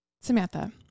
Samantha